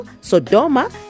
Sodoma